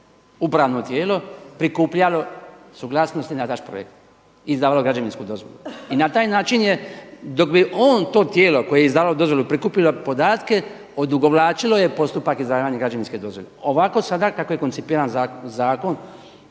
upravo tijelo prikupljalo suglasnosti na vaš projekt izdavalo građevinsku dozvolu. I na taj način je dok bi on to tijelo koje je izdavalo dozvolu prikupilo podatke odugovlačilo je postupak izdavanja građevinske dozvole. Ovako sada kako je koncipiran zakon